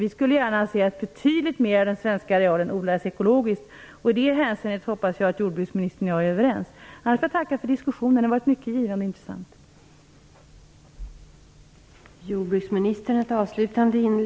Vi skulle gärna se att betydligt mer av den svenska arealen odlas ekologiskt. I det hänseendet hoppas jag att jordbruksministern och jag är överens. I övrigt tackar jag för diskussionen. Den har varit mycket givande och intressant.